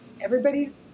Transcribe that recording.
everybody's